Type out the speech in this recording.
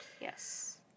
Yes